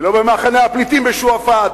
ולא במחנה הפליטים בשועפאט,